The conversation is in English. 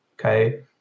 Okay